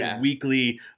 weekly